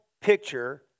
picture